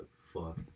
fuck